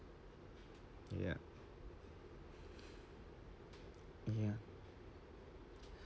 ya ya